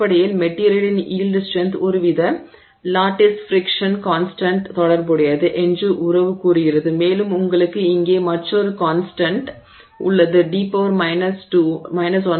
அடிப்படையில் மெட்டிரியலின் yield strength ஒருவித லாட்டிஸ் ஃபிரிக்க்ஷன் கான்ஸ்டன்ட் தொடர்புடையது என்று உறவு கூறுகிறது மேலும் உங்களுக்கு இங்கே மற்றொரு கான்ஸ்டன்ட் உள்ளது d 12